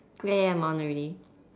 ya ya I'm on already